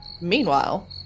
meanwhile